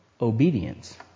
Obedience